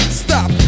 stop